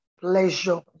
pleasure